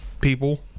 people